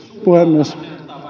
puhemies